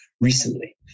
recently